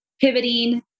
pivoting